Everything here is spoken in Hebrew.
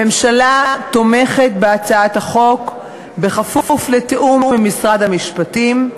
הממשלה תומכת בהצעת החוק בכפוף לתיאום עם משרד המשפטים.